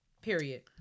Period